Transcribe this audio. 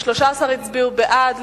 13 הצביעו בעד,